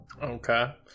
Okay